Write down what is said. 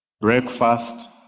breakfast